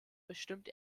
bestimmt